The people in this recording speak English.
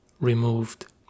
removed